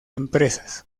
empresas